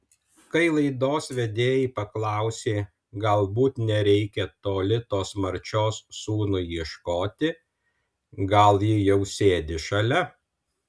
kai laidos vedėjai paklausė galbūt nereikia toli tos marčios sūnui ieškoti gal ji jau sėdi šalia